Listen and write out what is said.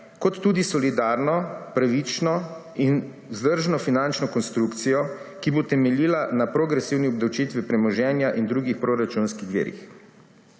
kot tudi solidarno, pravično in vzdržno finančno konstrukcijo, ki bo temeljila na progresivni obdavčitvi premoženja in drugih proračunih virih.